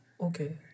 okay